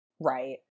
Right